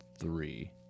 three